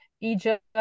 Egypt